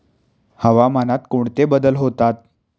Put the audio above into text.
हवामानात कोणते बदल होतात?